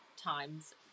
times